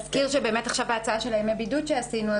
נזכיר שבהצעה של ימי הבידוד שעשינו,